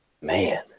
Man